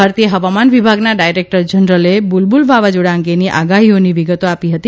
ભારતીય હવામાન વિભાગના ડાયરેક્ટર જનરલે બાબુલ વાવાઝોડા અંગેની આગાહીઓની વિગતો આપી હતી